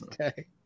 Okay